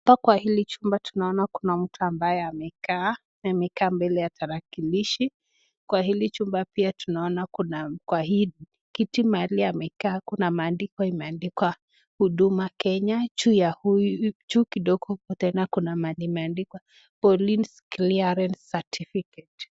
Hapa Kwa hili chumba tunaona Kuna mtu ambaye amekaa, amekaa mbele ya tarakilishi, kwa hili chumba pia tunaona Kuna, kwa hii kiti mahali amekaa kuna maandiko imeandikwa huduma Kenya juu kidogo pia Kuna mahali imeandikwa "police clearance certificate".